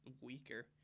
weaker